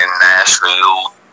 Nashville